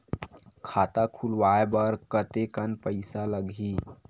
खाता खुलवाय बर कतेकन पईसा लगही?